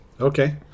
Okay